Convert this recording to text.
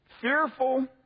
fearful